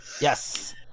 Yes